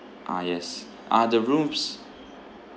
ah yes are the rooms